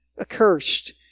accursed